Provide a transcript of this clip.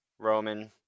Roman